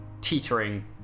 teetering